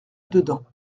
dedans